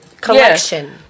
collection